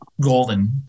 golden